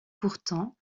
pourtant